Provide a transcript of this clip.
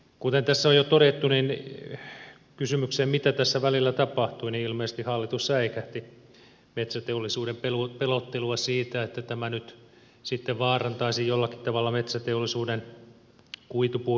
kuten tässä on jo todettu kysymykseen mitä tässä välillä tapahtui niin ilmeisesti hallitus säikähti metsäteollisuuden pelottelua siitä että tämä nyt sitten vaarantaisi jollakin tavalla metsäteollisuuden kuitupuun saatavuuden